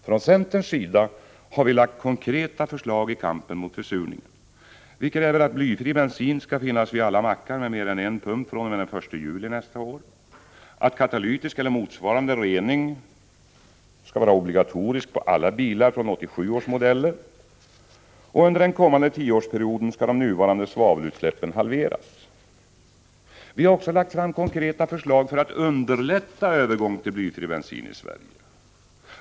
Från centerns sida har vi lagt fram konkreta förslag i kampen mot försurningen. Vi kräver Oo att under den kommande tioårsperioden de nuvarande svenska svavelutsläppen halveras. Vi har också lagt konkreta förslag för att underlätta en övergång till blyfri bensin i Sverige.